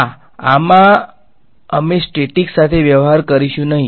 હા આમાં અમે સ્ટેટીક સાથે વ્યવહાર કરીશું નહીં